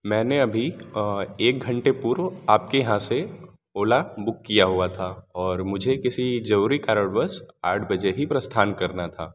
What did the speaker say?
मैंने अभी एक घंटे पूर्व आपके यहाँ से ओला बुक किया हुआ था और मुझे किसी ज़रूरी कारणवश आठ बजे ही प्रस्थान करना था